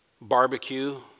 barbecue